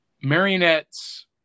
Marionettes